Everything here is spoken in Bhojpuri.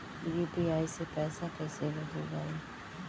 यू.पी.आई से पैसा कइसे भेजल जाई?